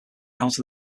out